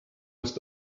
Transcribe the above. ist